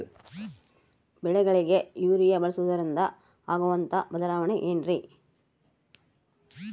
ಬೆಳೆಗಳಿಗೆ ಯೂರಿಯಾ ಬಳಸುವುದರಿಂದ ಆಗುವಂತಹ ಬದಲಾವಣೆ ಏನ್ರಿ?